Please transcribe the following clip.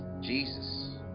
Jesus